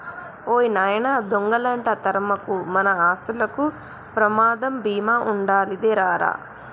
ఓ నాయనా దొంగలంట తరమకు, మన ఆస్తులకి ప్రమాద బీమా ఉండాదిలే రా రా